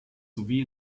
sowie